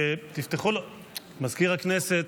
מזכיר הכנסת,